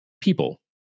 people